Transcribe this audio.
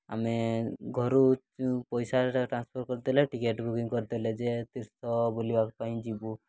ଆମେ ଘରୁ ପଇସାଟା ଟ୍ରାନ୍ସଫର୍ କରିଦେଲେ ଟିକେଟ୍ ବୁକିଂ କରିଦେଲେ ଯେ ତୀର୍ଥ ବୁଲିବା ପାଇଁ ଯିବୁ